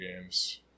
games